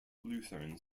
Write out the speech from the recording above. lutheran